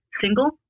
single